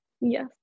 Yes